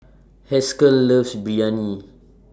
Haskell loves Biryani